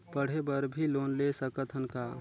पढ़े बर भी लोन ले सकत हन का?